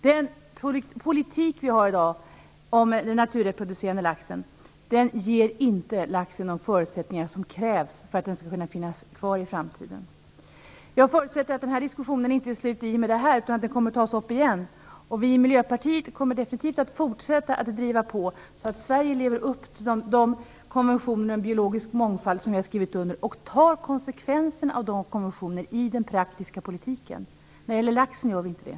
Den politik vi har i dag när det gäller den naturreproducerande laxen ger inte laxen de förutsättningar som krävs för att den skall finnas kvar i framtiden. Jag förutsätter att den här diskussionen inte är slut i och med detta, utan att den kommer att tas upp igen. Vi i Miljöpartiet kommer definitivt att fortsätta att driva på så att Sverige lever upp till de konventioner om biologisk mångfald som vi har skrivit under och tar konsekvenserna av dessa konventioner i den praktiska politiken. När det gäller laxen gör vi inte det.